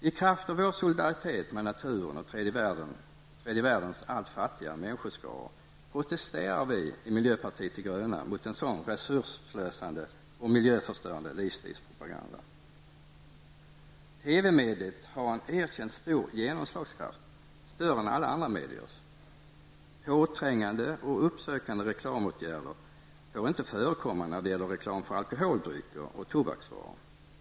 I kraft av vår solidaritet med naturen och tredje världens allt fattigare människoskaror protesterar vi i miljöpartiet de gröna mot en sådan resursslösande och miljöförstörande livsstilspropaganda. TV-mediet har en erkänt stor genomslagskraft, större än alla andra mediers. Påträngande och uppsökande reklamåtgärder får inte förekomma när det gäller reklam för alkoholdrycker och tobaksvaror.